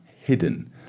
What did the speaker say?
hidden